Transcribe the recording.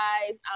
guys